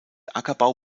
ackerbau